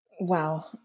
Wow